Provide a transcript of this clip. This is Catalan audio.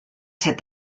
set